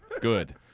Good